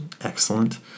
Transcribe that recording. excellent